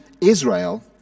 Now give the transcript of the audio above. Israel